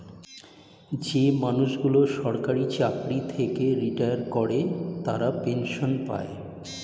যে মানুষগুলো সরকারি চাকরি থেকে রিটায়ার করে তারা পেনসন পায়